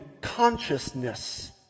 consciousness